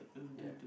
ya